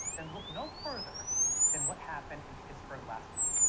then look no further than what happened in pittsburgh last month.